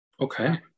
okay